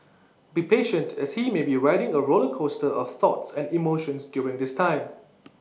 be patient as he may be riding A roller coaster of thoughts and emotions during this time